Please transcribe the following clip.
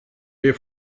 dir